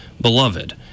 Beloved